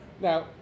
Now